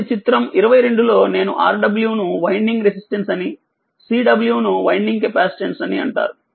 కాబట్టి చిత్రం 22 లో నేను Rw ను వైండింగ్ రెసిస్టెన్స్ అని Cw ను వైండింగ్ కెపాసిటన్స్ అంటారు